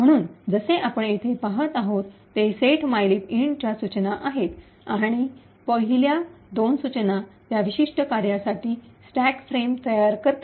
म्हणून जसे आपण येथे पाहत आहोत ते सेट मायलिब इंट्सच्या सूचना आहेत आणि पहिल्या दोन सूचना त्या विशिष्ट कार्यासाठी स्टॅक फ्रेम तयार करतात